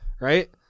Right